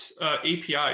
API